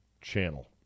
channel